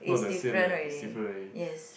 is different already yes